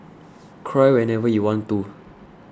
cry whenever you want to